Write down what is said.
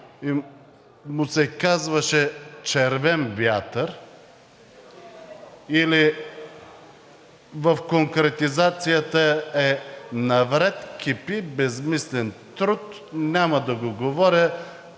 му се казваше „червен вятър“ или конкретизацията е: „Навред кипи безсмислен труд.“ Няма да го говоря